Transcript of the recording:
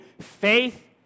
faith